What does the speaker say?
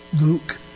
Luke